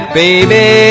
baby